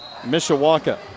Mishawaka